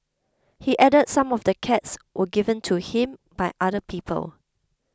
he added some of the cats were given to him by other people